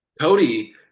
cody